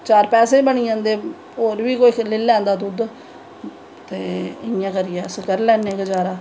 चार पैसे बी बनी जंदे होर बी कोई लेई लैंदा दुद्ध ते इयां करियै अस करी लैन्ने गज़ारा ते